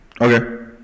Okay